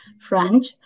French